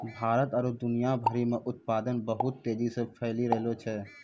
भारत आरु दुनिया भरि मे उत्पादन बहुत तेजी से फैली रैहलो छै